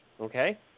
okay